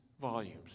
volumes